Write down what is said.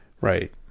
Right